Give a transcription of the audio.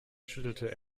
schüttelte